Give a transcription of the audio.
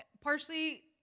partially